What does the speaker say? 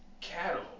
cattle